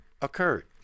occurred